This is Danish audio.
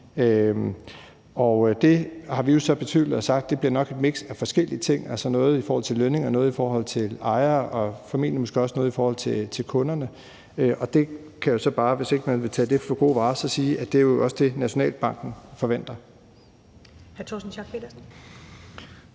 Det har vi jo så betvivlet og sagt, at det nok bliver et miks af forskellige ting – altså noget i forhold til lønninger, noget i forhold til ejere og formentlig også noget i forhold til kunderne. Og hvis man ikke vil tage det for gode varer, kan jeg bare sige, at det også er det, Nationalbanken forventer.